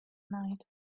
night